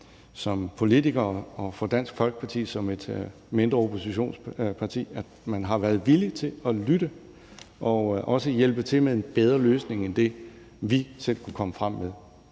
som politiker og for Dansk Folkeparti som et mindre oppositionsparti, at man har været villig til at lytte og også hjælpe til med en bedre løsning end den, vi selv kunne komme frem med.